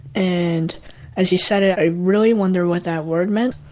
and as he said it i really wondered what that word meant.